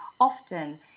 often